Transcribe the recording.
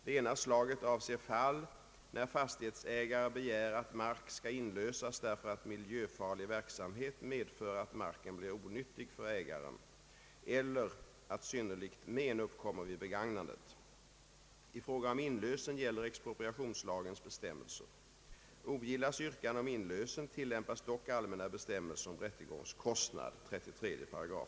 Det ena slaget avser fall när fastighetsägare begär att mark skall inlösas därför att miljöfarlig verksamhet medför att marken blir onyttig för ägaren eller att synnerligt men uppkommer vid begagnandet. I fråga om inlösen gäller expropriationslagens bestämmelser. Ogillas yrkande om inlösen, tilllämpas dock allmänna bestämmelser om rättegångskostnad .